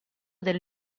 del